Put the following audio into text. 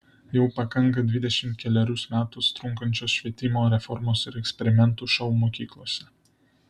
jau pakanka dvidešimt kelerius metus trunkančios švietimo reformos ir eksperimentų šou mokyklose